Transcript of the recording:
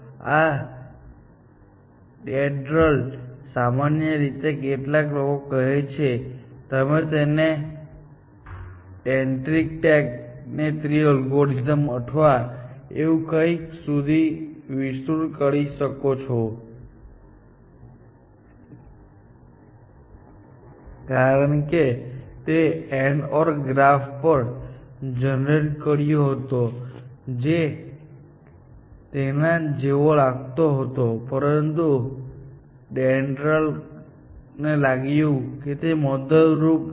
આ ડેન્ડ્રલસામાન્ય રીતે કેટલાક લોકો કહે છે કે તમે તેને ડેન્ટ્રીટેક ટ્રી અલ્ગોરિથમ અથવા એવું કંઈક સુધી વિસ્તૃત કરી શકો છે કારણ કે તેણે AND OR ગ્રાફ પણ જનરેટ કર્યો હતો જે તેના જેવો લાગતો હતો પરંતુ ડેન્ડ્રલને લાગ્યું કે તે મદદરૂપ છે